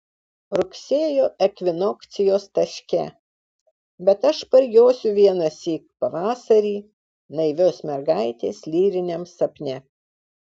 rugsėjo ekvinokcijos taške bet aš parjosiu vienąsyk pavasarį naivios mergaitės lyriniam sapne